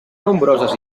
nombroses